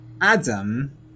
Adam